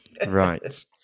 Right